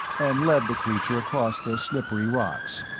and led the creature across the slippery rocks.